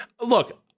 look